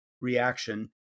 reaction